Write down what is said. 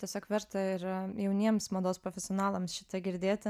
tiesiog verta ir jauniems mados profesionalams šitą girdėti